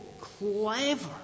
clever